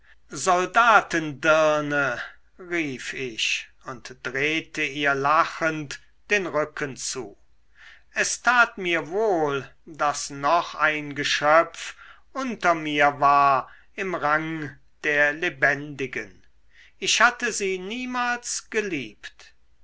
soldatendirne rief ich und drehte ihr lachend den rücken zu es tat mir wohl daß noch ein geschöpf unter mir war im rang der lebendigen ich hatte sie niemals geliebt